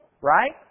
right